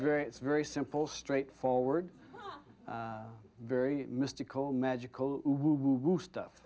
very it's very simple straightforward very mystical magical stuff